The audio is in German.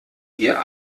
ihr